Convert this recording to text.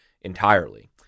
entirely